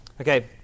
Okay